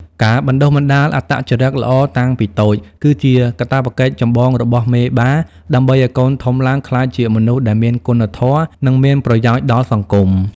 ការបណ្ដុះបណ្ដាលអត្តចរិតល្អតាំងពីតូច គឺជាកាតព្វកិច្ចចម្បងរបស់មេបា ដើម្បីឱ្យកូនធំឡើងក្លាយជាមនុស្សដែលមានគុណធម៌ និងមានប្រយោជន៍ដល់សង្គម។